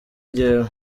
njyewe